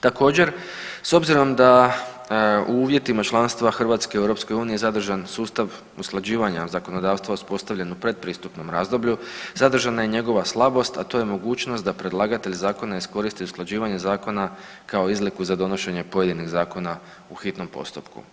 Također, s obzirom da u uvjetima članstva Hrvatske u EU zadržan sustav usklađivanja zakonodavstva uspostavljen u pretpristupnom razdoblju sadržana je i njegova slabost, a to je mogućnost da predlagatelj zakona iskoristi usklađivanje zakona kao izliku za donošenje pojedinih zakona u hitnom postupku.